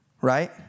right